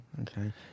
okay